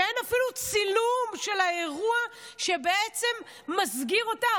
שאין אפילו צילום של האירוע שבעצם מסגיר אותה?